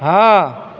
हँ